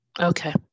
Okay